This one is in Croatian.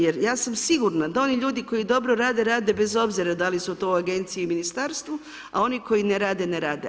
Ja sam sigurna da oni ljudi koji dobro rade, rade bez obzira da li su to u agenciji i ministarstvu, ali oni koji ne rade, ne rade.